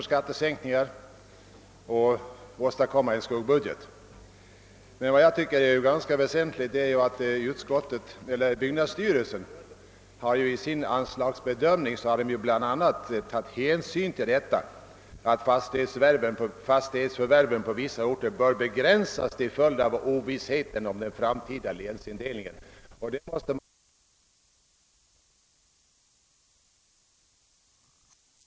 skattesänkningar och för att åstadkomma en skuggbudget. Men vad jag finner väsentligt är att byggnadsstyrelsen i sin anslagsbedömning bl.a. tagit hänsyn till att fastighetsförvärven på vissa orter bör begränsas till följd av ovissheten om den framtida länsindelningen. Den är ju fortfarande synnerligen oviss — vi vet i dag praktiskt taget ingenting om hurudan den kommer att bli. Det är ju möjligt, herr Lindholm, att man skall inkassera denna besparing när det nu blåser en friskare vind inom oppositionen. Jag hoppas att den vinden skall blåsa även i fortsättningen!